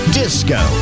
disco